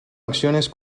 acciones